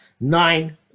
nine